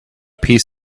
piece